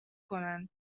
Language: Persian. کنند